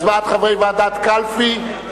הצבעת חברי ועדת הקלפי),